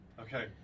Okay